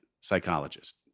psychologist